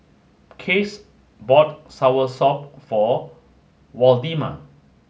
case bought soursop for Waldemar